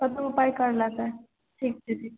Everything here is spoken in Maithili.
तू उपाए कर लऽ तऽ ठीक छै ठीक छै